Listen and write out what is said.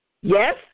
Yes